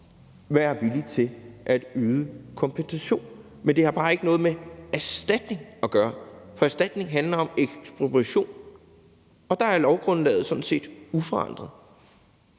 være villige til at yde en kompensation. Men det har bare ikke noget med en erstatning at gøre. For en erstatning handler om ekspropriation, og der er lovgrundlaget sådan set uforandret.